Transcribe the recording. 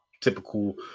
typical